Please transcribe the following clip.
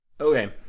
Okay